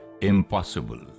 impossible